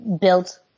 built